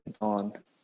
on